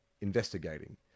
investigating